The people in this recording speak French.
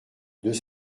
deux